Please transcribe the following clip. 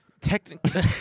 Technically